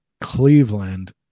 cleveland